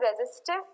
resistive